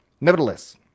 Nevertheless